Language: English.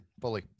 Fully